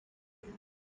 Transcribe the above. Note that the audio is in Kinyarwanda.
rita